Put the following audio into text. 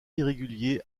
irréguliers